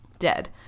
dead